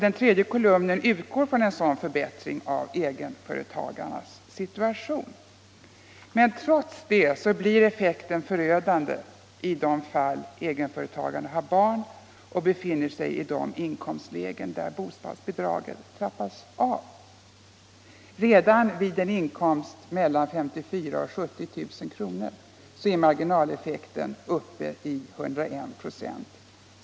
Den tredje kolumnen i tablån utgår från en sådan förbättring av egenföretagarnas situation, men trots detta blir effekten förödande i de fall egenföretagarna har barn och befinner sig i de inkomstlägen där bostadsbidragen trappas av. Redan vid en inkomst mellan 54 000 och 70 000 kr. är marginaleffekten uppe i 101 96.